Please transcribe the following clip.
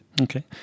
Okay